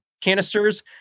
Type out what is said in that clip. canisters